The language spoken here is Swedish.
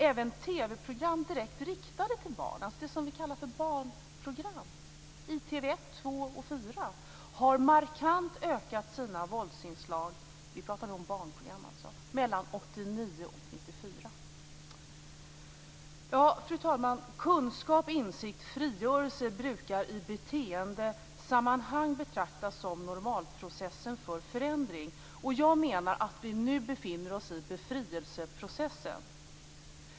Även TV-program som är direkt riktade till barn, alltså det som vi kallar för barnprogram, i TV 1, TV 2 och TV 4, har markant ökat sina våldsinslag mellan 1989 och 1994. Fru talman! Kunskap, insikt och frigörelse brukar i beteendesammanhang betraktas som normalprocessen för förändring. Jag menar att vi nu befinner oss i befrielseprocessen.